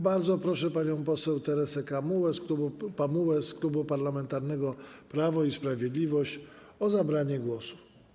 Bardzo proszę panią poseł Teresę Pamułę z Klubu Parlamentarnego Prawo i Sprawiedliwość o zabranie głosu.